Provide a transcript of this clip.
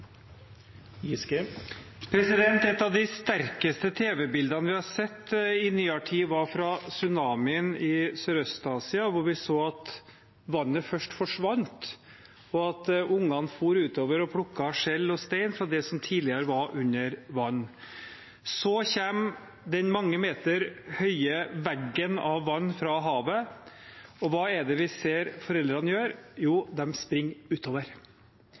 Et av de sterkeste tv-bildene vi har sett i nyere tid, er fra tsunamien i Sørøst-Asia hvor vi så at vannet først forsvant, og at ungene for utover og plukket skjell og stein fra det som tidligere var under vann. Så kommer den mange meter høye veggen av vann fra havet, og hva er det vi ser foreldrene gjør? Jo,